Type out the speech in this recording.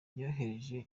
yohereje